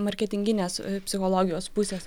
marketinginės psichologijos pusės